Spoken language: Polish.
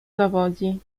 zawodzi